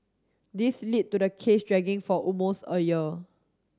this lead to the case dragging for almost a year